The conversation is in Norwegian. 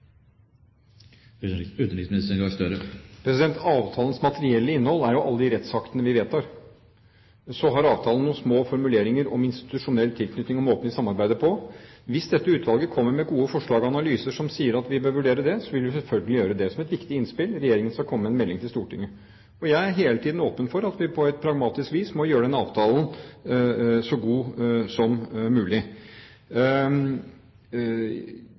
Avtalens materielle innhold er jo alle de rettsaktene vi vedtar. Så har avtalen noen små formuleringer om institusjonell tilknytning og måten vi samarbeider på. Hvis dette utvalget kommer med gode forslag og analyser som sier at vi bør vurdere det, vil vi selvfølgelig gjøre det, som et viktig innspill. Regjeringen skal komme med en melding til Stortinget. Jeg er hele tiden åpen for at vi på et pragmatisk vis må gjøre denne avtalen så god som mulig.